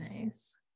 nice